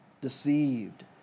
deceived